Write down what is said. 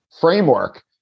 framework